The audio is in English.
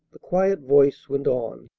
the quiet voice went on